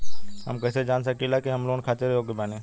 हम कईसे जान सकिला कि हम लोन खातिर योग्य बानी?